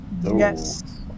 Yes